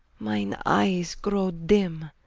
mine eyes grow dimme.